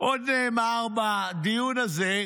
עוד נאמר בדיון הזה,